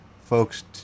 folks